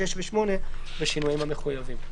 (6) ו-(8) בשינויים המחויבים."